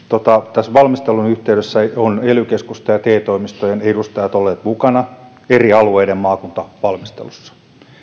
tässä valmistelun yhteydessä ovat ely keskusten ja te toimistojen edustajat olleet mukana eri alueiden maakuntavalmistelussa